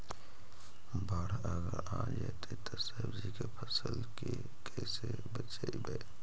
बाढ़ अगर आ जैतै त सब्जी के फ़सल के कैसे बचइबै?